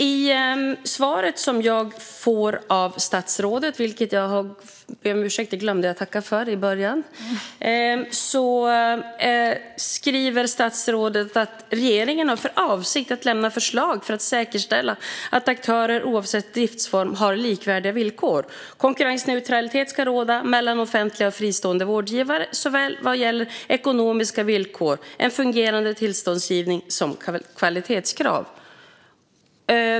I svaret jag fick av statsrådet - och jag ber om ursäkt för att jag glömde att tacka för det i början - sa statsrådet att regeringen har för avsikt att lämna förslag för att säkerställa att aktörer, oavsett driftsform, har likvärdiga villkor. Konkurrensneutralitet ska råda mellan offentliga och fristående vårdgivare, såväl vad gäller ekonomiska villkor och en fungerande tillståndsgivning som vad gäller kvalitetskrav.